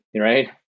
right